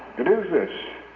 it is this